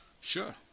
Sure